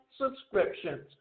subscriptions